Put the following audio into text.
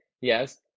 Yes